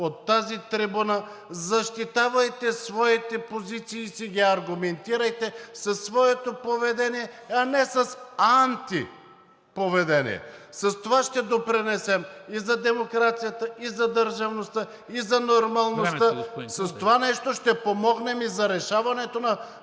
от тази трибуна, защитавайте своите позиции и ги аргументирайте със своето поведение, а не с антиповедение. С това ще допринесем и за демокрацията, и за държавността, и за нормалността… ПРЕДСЕДАТЕЛ НИКОЛА МИНЧЕВ: Времето,